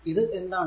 ഇത് എന്താണ്